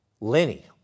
Lenny